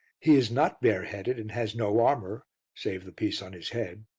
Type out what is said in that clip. he is not bareheaded, and has no armour save the piece on his head.